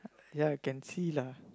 ya can see lah